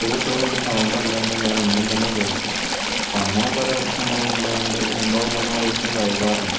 two ടൂ എന്നൊരു സൗണ്ടല്ലാണ്ട് വേറൊന്നും തന്നെ കേൾക്കില്ല അപ്പം അങ്ങനെ പല പ്രശ്നങ്ങളും ഉള്ളോണ്ട് രണ്ടോ മൂന്നോ ദിവസം വൈകാറുണ്ട്